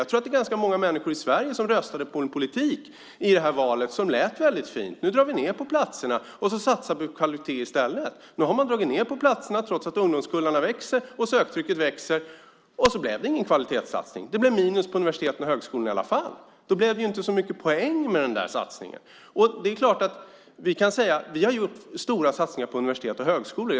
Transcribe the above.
Jag tror att det finns ganska många människor i Sverige som i valet röstade på en politik som lät väldigt fin, nämligen att man skulle dra ned på antalet högskoleplatser och i stället satsa på kvalitet. Nu har regeringen dragit ned på antalet platser, trots att ungdomskullarna och därmed söktrycket växer, utan att göra någon kvalitetssatsning. Det blev minus för universiteten och högskolorna. Det var inte särskilt stor poäng med den satsningen. Det är klart att vi kan säga att vi gjort stora satsningar på universitet och högskolor.